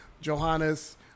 Johannes